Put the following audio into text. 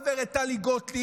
גב' טלי גוטליב,